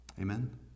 amen